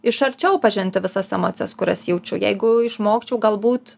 iš arčiau pažinti visas emocijas kurias jaučiu jeigu išmokčiau galbūt